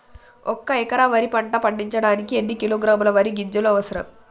ఒక్క ఎకరా వరి పంట పండించడానికి ఎన్ని కిలోగ్రాముల వరి గింజలు అవసరం?